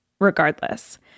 regardless